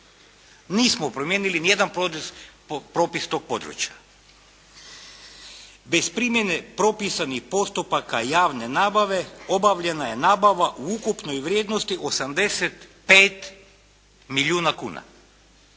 Nismo promijenili ni jedan propis tog područja. Bez primjene propisanih postupaka javne nabave obavljena je nabava u ukupnoj vrijednosti 85 milijuna kuna.